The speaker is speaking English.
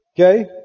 Okay